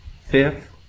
fifth